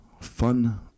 fun